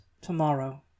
tomorrow